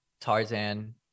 tarzan